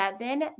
seven